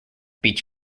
beach